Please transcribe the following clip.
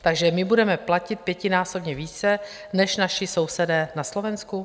Takže my budeme platit pětinásobně více než naši sousedé na Slovensku?